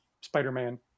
Spider-Man